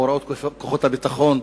הוראות כוחות הביטחון,